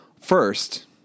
First